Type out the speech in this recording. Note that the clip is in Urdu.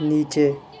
نیچے